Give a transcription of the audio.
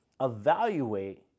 evaluate